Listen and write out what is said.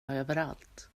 överallt